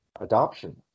adoption